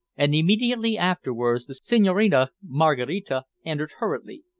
and immediately afterwards the senhorina maraquita entered hurriedly.